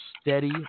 steady